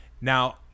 Now